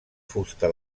fusta